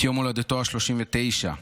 את יום הולדתו ה-39,